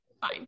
fine